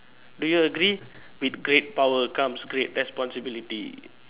do you agree with great power comes great responsibility